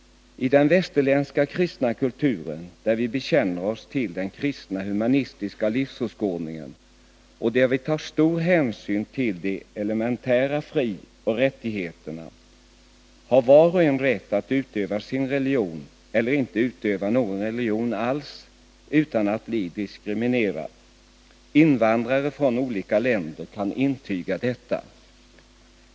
I den västerländska kristna kulturen, där vi bekänner oss till den kristna humanistiska livsåskådningen och där vi tar stor hänsyn till de elementära frioch rättigheterna, har var och en rätt att utöva sin religion eller att inte utöva någon religion alls utan att bli diskriminerad. Invandrare från olika länder kan intyga detta.